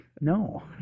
No